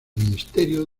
ministerio